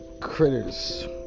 critters